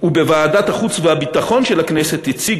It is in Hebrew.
ובוועדת החוץ והביטחון של הכנסת הציג